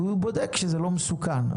הוא בודק שזה לא מסוכן.